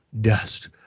dust